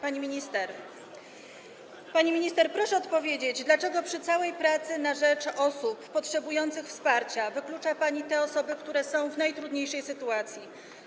Pani minister, proszę odpowiedzieć: Dlaczego przy całej pracy na rzecz osób potrzebujących wsparcia wyklucza pani te osoby, które są w najtrudniejszej sytuacji?